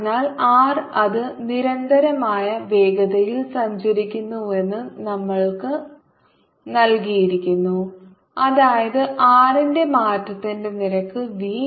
അതിനാൽ r അത് നിരന്തരമായ വേഗതയിൽ സഞ്ചരിക്കുന്നുവെന്ന് നമ്മൾക്ക് നൽകിയിരിക്കുന്നു അതായത് r ന്റെ മാറ്റത്തിന്റെ നിരക്ക് v